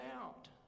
out